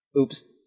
Oops